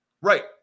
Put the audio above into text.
Right